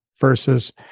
versus